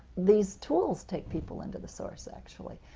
these tools take people into the source, actually.